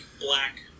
black